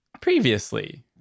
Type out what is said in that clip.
Previously